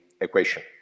equation